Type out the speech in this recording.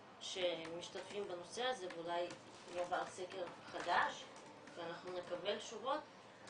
שמשתתפים בנושא הזה ואולי --- סקר חדש ואנחנו נקבל תשובות,